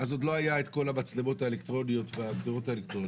אז עוד לא היה את כל המצלמות האלקטרוניות והגדרות האלקטרוניות,